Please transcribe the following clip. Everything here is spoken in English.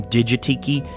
Digitiki